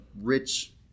rich